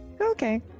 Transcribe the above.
Okay